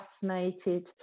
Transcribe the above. fascinated